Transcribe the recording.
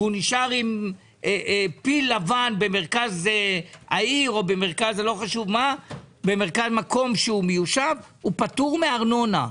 והוא נשאר עם פיל לבן במרכז העיר או במרכז מקום מיושב פטור מארנונה.